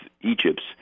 Egypt's